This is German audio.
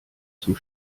zum